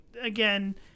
again